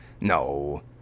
No